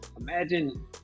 imagine